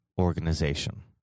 organization